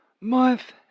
Month